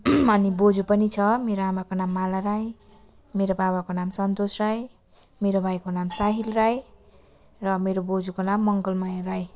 अनि बोजू पनि छ मेरो आमाको नाम माला राई मेरो बाबाको नाम सन्तोष राई मेरो भाइको नाम साहिल राई र मेरो बोजूको नाम मङ्गलमाया राई